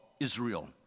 Israel